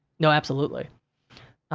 no, absolutely.